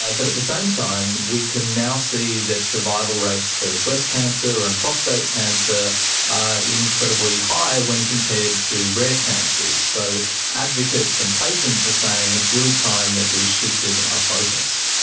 ah but at the same time we can now see that survival rates for breast cancer and prostate cancer incredibly high when compared to rare cancers. so advocates and patients are saying it's really time that we shifted our focus.